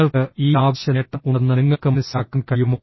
നിങ്ങൾക്ക് ഈ ആവശ്യ നേട്ടം ഉണ്ടെന്ന് നിങ്ങൾക്ക് മനസ്സിലാക്കാൻ കഴിയുമോ